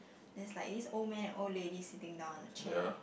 is like this old man and old lady sitting down on the chair